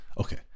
Okay